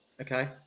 Okay